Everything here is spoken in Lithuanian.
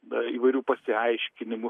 na įvairių pasiaiškinimų